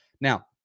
Now